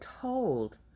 told